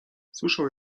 słyszał